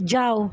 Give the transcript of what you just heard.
যাও